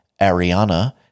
Ariana